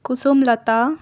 کسم لتا